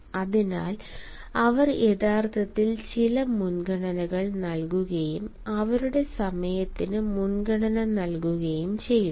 അതിനാൽ അവർ യഥാർത്ഥത്തിൽ ചില മുൻഗണനകൾ നൽകുകയും അവരുടെ സമയത്തിന് മുൻഗണന നൽകുകയും ചെയ്യുന്നു